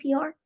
PR